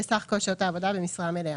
לסך כל שעות העבודה במשרה מלאה,